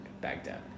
Baghdad